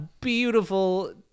beautiful